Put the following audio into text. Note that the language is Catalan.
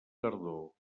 tardor